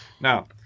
Now